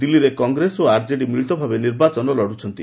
ଦିଲ୍ଲୀରେ କଂଗ୍ରେସ ଓ ଆର୍ଜେଡି ମିଳିତ ଭାବେ ନିର୍ବାଚନ ଲଢୁଛନ୍ତି